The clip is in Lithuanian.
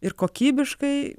ir kokybiškai